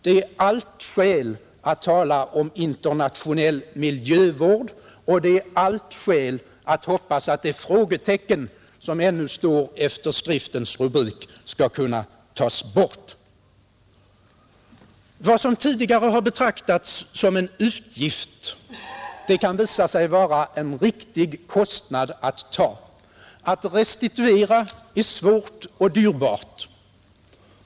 Det är allt skäl att tala om internationell miljövård, och det är allt skäl att hoppas att det frågetecken som ännu står efter rubriken på den bok, jag nyss citerade, skall kunna tas bort. Vad som tidigare har betraktats som en utgift kan visa sig vara en kostnad som det är riktigt att ta. Att restituera är svårt och dyrbart.